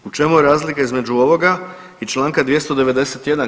U čemu je razlika između ovoga i članka 291.